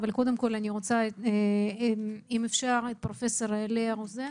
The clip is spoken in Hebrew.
אבל אם אפשר אני רוצה לשמוע את פרופסור לאה רוזן